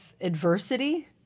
adversity